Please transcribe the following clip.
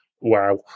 wow